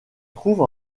trouve